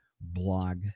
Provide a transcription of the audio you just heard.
blog